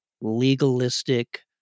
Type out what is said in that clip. legalistic